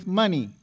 money